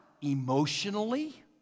emotionally